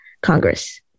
Congress